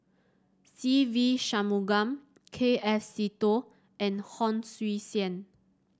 Se Ve Shanmugam K F Seetoh and Hon Sui Sen